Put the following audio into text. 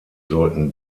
sollten